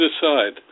decide